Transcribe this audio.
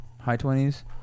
High-twenties